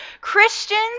Christians